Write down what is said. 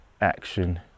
action